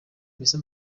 mbese